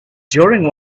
during